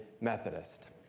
Methodist